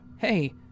Hey